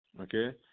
Okay